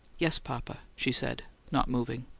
yes, papa, she said, not moving.